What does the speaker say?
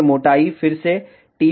और मोटाई फिर से t होनी चाहिए